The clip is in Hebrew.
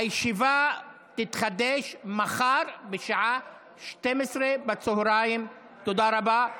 הישיבה תתחדש מחר בשעה 12:00. תודה רבה.